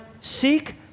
seek